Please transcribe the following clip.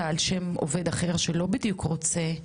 על שם עובד אחר שהוא לא בדיוק רוצה,